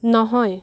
নহয়